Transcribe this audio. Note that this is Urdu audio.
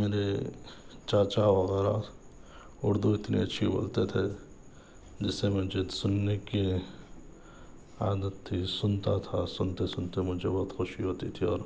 میرے چاچا وغیرہ اُردو اتنی اچھی بولتے تھے جِس سے مجھے سُننے کی عادت تھی سنتا تھا سُنتے سُنتے مجھے بہت خوشی ہوتی تھی اور